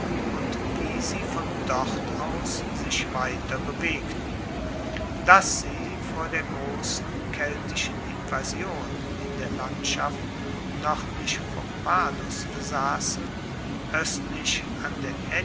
und wie sie von dort aus sich weiter bewegten dass sie vor der grossen keltischen invasion in der landschaft noerdlich vom padus sassen oestlich an der